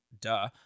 duh